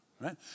right